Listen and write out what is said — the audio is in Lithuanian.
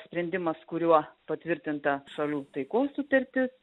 sprendimas kuriuo patvirtinta šalių taikos sutartis